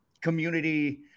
community